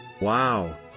Wow